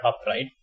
upright